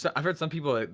so i've heard some people,